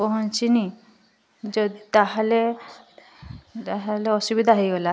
ପହଁଚିନି ଯଦି ତାହେଲେ ତାହେଲେ ଅସୁବିଧା ହୋଇଗଲା